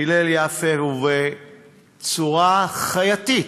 הלל יפה, ובצורה חייתית,